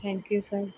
thank you sir